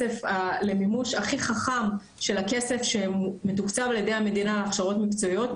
למימוש הכי חכם של הכסף שמתוקצב על ידי המדינה להכשרות מקצועיות.